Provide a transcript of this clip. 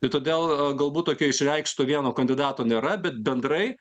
tai todėl galbūt tokio išreikšto vieno kandidato nėra bet bendrai